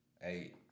Hey